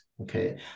okay